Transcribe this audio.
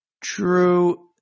true